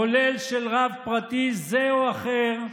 כולל של רב פרטי זה או אחר,